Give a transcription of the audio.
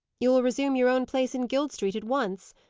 you will resume your own place in guild street at once?